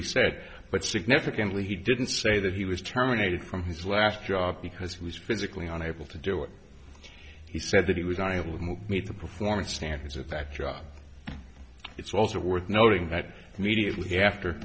he said but significantly he didn't say that he was terminated from his last job because he was physically unable to do it he said that he was not able to move meet the performance standards at that job it's also worth noting that immediately after